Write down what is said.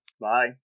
Bye